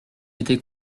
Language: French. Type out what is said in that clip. était